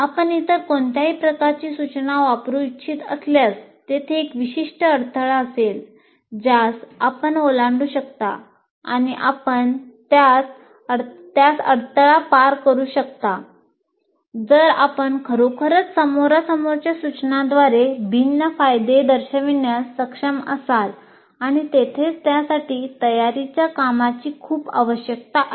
आपण इतर कोणत्याही प्रकारची सूचना वापरू इच्छित असल्यास तेथे एक विशिष्ट अडथळा असेल ज्यास आपण ओलांडू शकता आणि आपण अडथळा पार करू शकता जर आपण खरोखरच समोरासमोरच्या सूचनांद्वारे भिन्न फायदे दर्शविण्यास सक्षम असाल आणि येथेच त्यासाठी तयारीच्या कामाची खूप आवश्यकता आहे